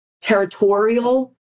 territorial